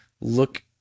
look